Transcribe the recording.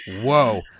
whoa